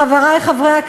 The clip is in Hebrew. חברי חברי הכנסת,